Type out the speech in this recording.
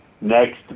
next